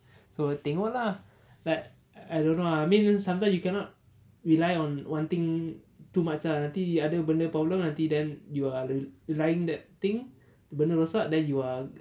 so tengok lah like I don't know I mean sometimes you cannot rely on wanting too much ah nanti benda problem nanti then you are relying that thing benda rosak then you are